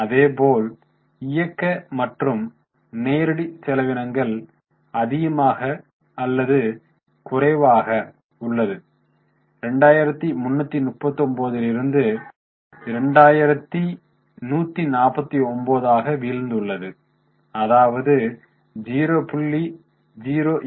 அதேப்போல் இயக்க மற்றும் நேரடி செலவினங்கள் அதிகமாக அல்லது குறைவாக 2339 லிருந்து 2149 ஆக வீழ்ந்துள்ளது அதாவது ௦0